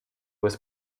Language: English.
was